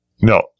No